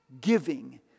giving